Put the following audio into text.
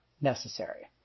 necessary